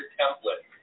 template